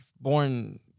born